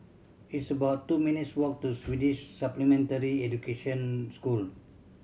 it's about two minutes' walk to Swedish Supplementary Education School